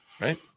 right